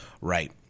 Right